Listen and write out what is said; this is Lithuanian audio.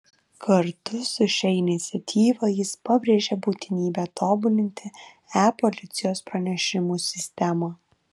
kartu su šia iniciatyva jis pabrėžia būtinybę tobulinti e policijos pranešimų sistemą